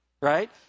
right